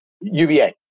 UVA